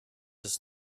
ist